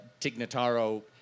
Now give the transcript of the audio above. Tignataro